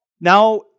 Now